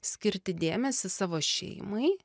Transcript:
skirti dėmesį savo šeimai